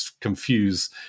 confuse